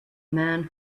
man